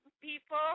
people